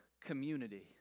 community